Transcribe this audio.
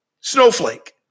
Snowflake